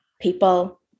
people